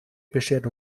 beschert